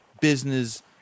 business